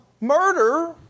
murder